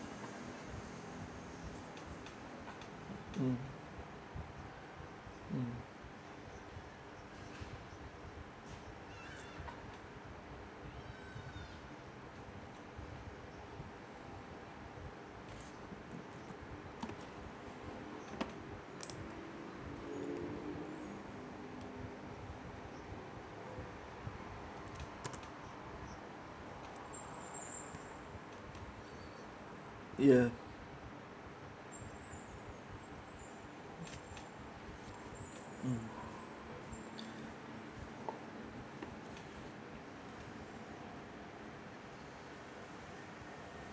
mm mm ya mm